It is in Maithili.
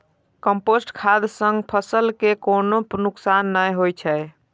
कंपोस्ट खाद सं फसल कें कोनो नुकसान नै होइ छै